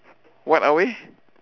what are we